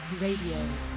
Radio